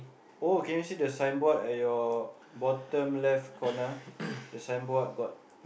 oh can you see the signboard at your bottom left corner the signboard got